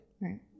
Right